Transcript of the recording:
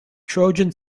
trojan